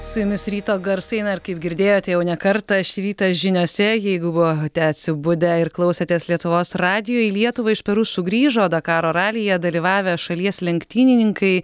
su jumis ryto garsai na ir kaip girdėjote jau ne kartą šį rytą žiniose jeigu buvote atsibudę ir klausėtės lietuvos radijo į lietuvą iš peru sugrįžo dakaro ralyje dalyvavę šalies lenktynininkai